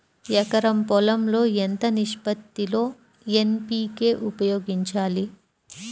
ఎకరం పొలం లో ఎంత నిష్పత్తి లో ఎన్.పీ.కే ఉపయోగించాలి?